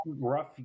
Rough